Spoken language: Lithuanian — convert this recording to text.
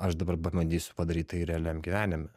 aš dabar ba pabandysiu padaryt tai realiam gyvenime